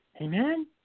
Amen